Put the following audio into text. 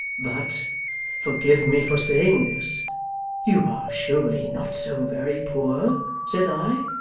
but forgive me for saying this you are surely not so very poor' said i.